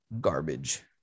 garbage